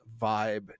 vibe